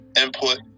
input